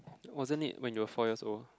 wasn't it when you were four years old